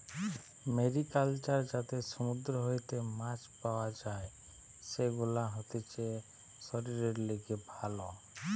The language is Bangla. মেরিকালচার যাতে সমুদ্র হইতে মাছ পাওয়া যাই, সেগুলা হতিছে শরীরের লিগে ভালো